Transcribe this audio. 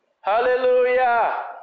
Hallelujah